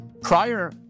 Prior